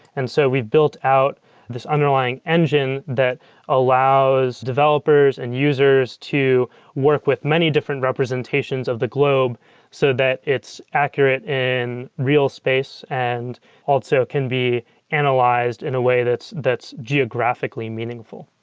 and so we've built out this underlying engine that allows developers and users to work with many different representations of the globe so that it's accurate in real space and also can be analyzed in a way that's that's geographically meaningful.